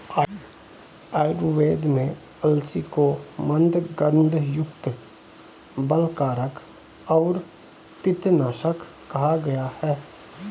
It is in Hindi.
आयुर्वेद में अलसी को मन्दगंधयुक्त, बलकारक और पित्तनाशक कहा गया है